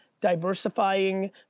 diversifying